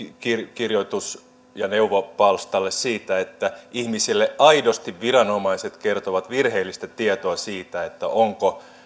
kirjoitus ja neuvontapalstalle siitä että aidosti viranomaiset kertovat ihmisille virheellistä tietoa siitä onko